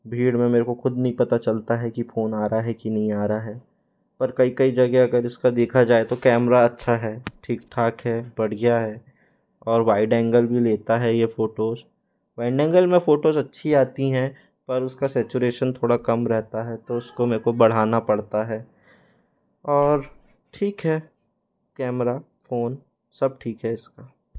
भीड़ में मेरे को खुद नहीं पता चलता है कि फोन आ रहा है कि नहीं आ रहा है पर कई कई जगह अगर इसका देखा जाए तो कैमरा अच्छा है ठीक ठाक है बढ़िया है और वाइड एंगल भी लेता है ये फोटोस वाइड एंगल में फ़ोटोस अच्छी आती हैं पर उसका सिचुएशन थोड़ा काम रहता है तो उसको मेरे को बढ़ाना पड़ता है और ठीक है कैमरा फ़ोन सब ठीक है इसका